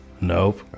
Nope